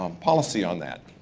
um policy on that?